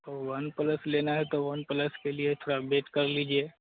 तो one plus लेना है तो वन प्लस के लिए थोड़ा वेट कर लीजिए